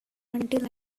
until